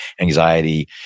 anxiety